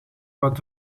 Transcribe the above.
wat